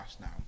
now